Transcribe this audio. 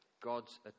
God's